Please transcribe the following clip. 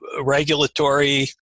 regulatory